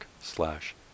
slash